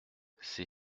ces